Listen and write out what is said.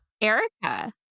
Erica